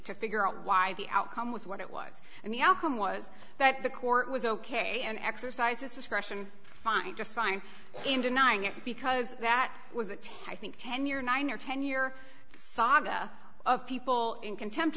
to figure out why the outcome was what it was and the outcome was that the court was ok and exercise discretion find just fine in denying it because that was a ten think ten year nine or ten year saga of people in contempt